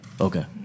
Okay